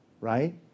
right